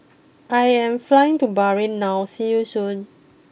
I am flying to Bahrain now see you Soon